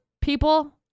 people